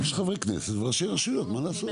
יש חברי כנסת וראשי רשויות, מה לעשות?